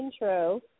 intro